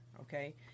okay